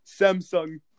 Samsung